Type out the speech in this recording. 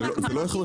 אדוני, זה לא הכרחי.